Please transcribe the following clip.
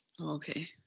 Okay